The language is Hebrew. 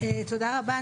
תודה רבה,